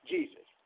Jesus